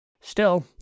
Still